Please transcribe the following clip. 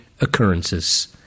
occurrences